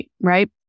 right